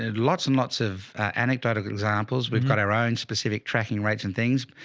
and lots and lots of anecdotal examples. we've got our own specific tracking rates and things.